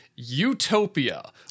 utopia